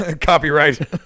Copyright